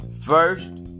First